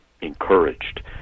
encouraged